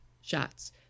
shots